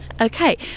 Okay